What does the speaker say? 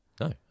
No